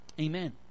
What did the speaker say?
Amen